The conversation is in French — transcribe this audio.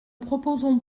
proposons